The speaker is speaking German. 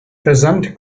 versand